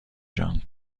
جان